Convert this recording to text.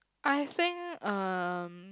I think um